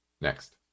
next